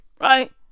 Right